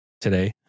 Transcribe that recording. today